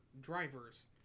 drivers